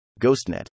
GhostNet